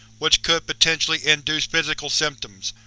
which could potentially induce physical symptoms.